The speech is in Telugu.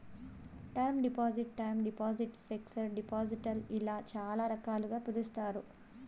term deposit time deposit fixed deposit ఇలా చాలా రకాలుగా పిలుస్తారు